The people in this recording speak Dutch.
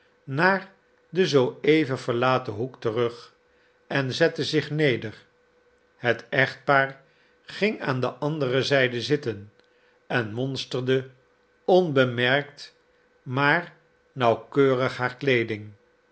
naar den zooeven verlaten hoek terug en zette zich neder het echtpaar ging aan de andere zijde zitten en monsterde onbemerkt maar nauwkeurig haar kleeding